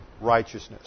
righteousness